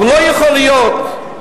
אבל לא יכול להיות שגורם